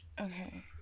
Okay